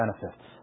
benefits